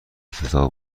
افتضاح